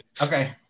okay